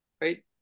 right